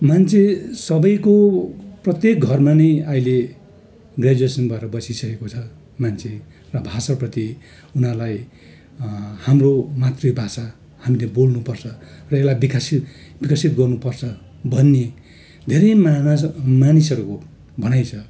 मान्छे सबैको प्रत्येक घरमा नै अहिले ग्रेज्युसन भएर बसिसकेको छ मान्छे र भाषाप्रति उनीहरूलाई हाम्रो मातृभाषा हामीले बोल्नुपर्छ र यसलाई विकसित विकसित गर्नुपर्छ भन्ने धेरै मानिस मानिसहरूको भनाइ छ